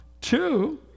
Two